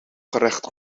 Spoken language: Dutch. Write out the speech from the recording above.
gerecht